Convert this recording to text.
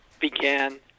began